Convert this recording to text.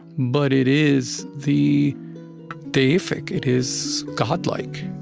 but it is the deific. it is godlike.